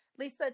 Lisa